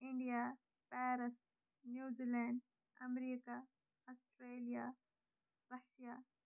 India Paris New Zealand America Australia Russia